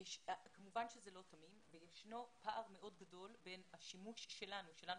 כמובן שזה לא תמים ויש פער מאוד גדול בין השימוש שלנו שלנו,